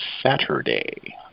Saturday